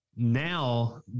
Now